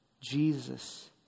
Jesus